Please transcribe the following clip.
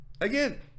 Again